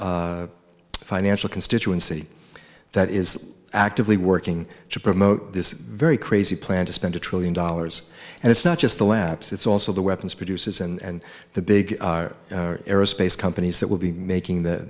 organized financial constituency that is actively working to promote this very crazy plan to spend a trillion dollars and it's not just the lapps it's also the weapons producers and the big aerospace companies that will be making the